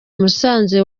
musanze